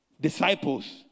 disciples